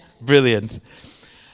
brilliant